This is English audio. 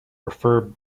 refer